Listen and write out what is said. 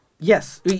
Yes